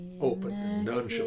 open